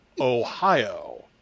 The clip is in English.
Ohio